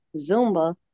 Zumba